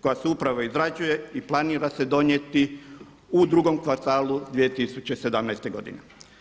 koja se upravo izrađuje i planira se donijeti u drugom kvartalu 2017. godine.